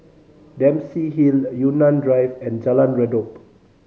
Dempsey Hill Yunnan Drive and Jalan Redop